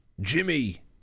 Jimmy